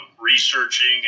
researching